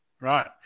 Right